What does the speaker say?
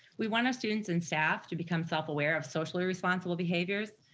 we want our students and staff to become self-aware of socially responsible behaviors,